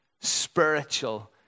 spiritual